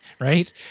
right